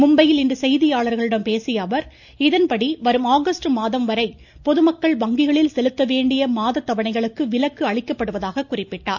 மும்பையில் இன்று செய்தியாளர்களிடம் பேசிய அவர் இதன்படி வரும் ஆகஸ்ட் மாதம் வரை பொதுமக்கள் வங்கிகளில் செலுத்த வேண்டிய மாதத்தவணைகளுக்கு விலக்கு அளிக்கப்படுவதாக குறிப்பிட்டார்